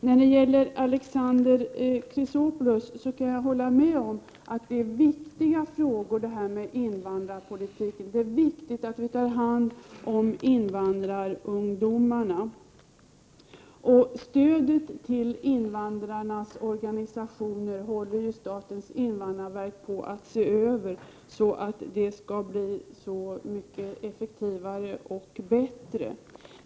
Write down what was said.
Jag kan hålla med Alexander Chrisopoulos om att invandrarpolitiken är viktig och att det är viktigt att vi tar hand om invandrarungdomarna. Statens invandrarverk håller på att se över stödet till invandrarorganisationerna så att det skall bli mycket effektivare och bättre.